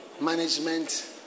management